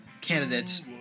candidates